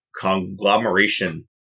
conglomeration